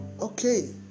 Okay